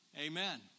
Amen